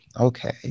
Okay